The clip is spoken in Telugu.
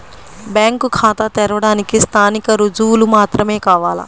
బ్యాంకు ఖాతా తెరవడానికి స్థానిక రుజువులు మాత్రమే కావాలా?